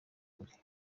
kure